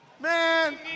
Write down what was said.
Man